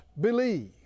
believe